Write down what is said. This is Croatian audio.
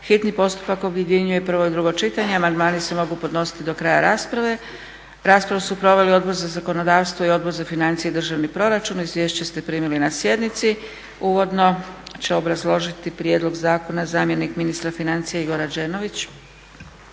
hitni postupak objedinjuje prvo i drugo čitanje. Amandmani se mogu podnositi do kraja rasprave. Raspravu su proveli Odbor za zakonodavstvo i Odbor za financije i državni proračun. Izvješća ste primili na sjednici. Uvodno će obrazložiti prijedlog zakona zamjenik ministra financija Igor Rađenović.